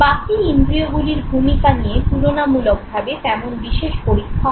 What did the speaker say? বাকি ইন্দ্রিয়গুলির ভূমিকা নিয়ে তুলনামূলকভাবে তেমন বিশেষ পরীক্ষা হয়নি